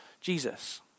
Jesus